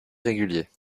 régulier